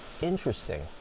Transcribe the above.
interesting